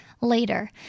later